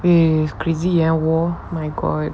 with crazy and all my god